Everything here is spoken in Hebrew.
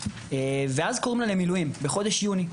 ואז קוראים לה למילואים בחודש יוני,